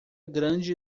grande